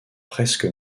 presque